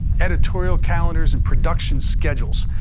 editorial calendars, and production schedules.